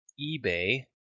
eBay